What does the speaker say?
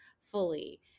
fully